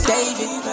David